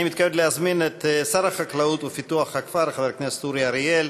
אני מתכבד להזמין את שר החקלאות ופיתוח הכפר חבר הכנסת אורי אריאל